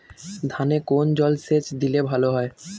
ধানে কোন জলসেচ দিলে ভাল হয়?